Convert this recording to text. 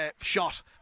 shot